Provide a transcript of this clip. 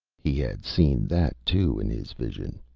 he had seen that, too, in his vision.